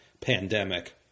pandemic